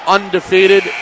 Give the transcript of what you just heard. Undefeated